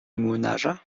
młynarza